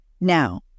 Now